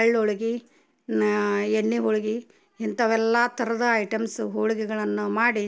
ಎಳ್ಳು ಹೋಳ್ಗಿ ಎಣ್ಣೆ ಹೋಳ್ಗೆ ಇಂಥವೆಲ್ಲ ಥರದ ಐಟಮ್ಸು ಹೋಳ್ಗೆಗಳನ್ನು ಮಾಡಿ